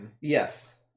Yes